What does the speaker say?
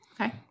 Okay